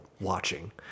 watching